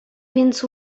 więc